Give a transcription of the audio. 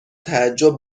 تعجب